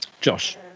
Josh